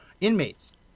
inmates